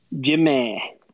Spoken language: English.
Jimmy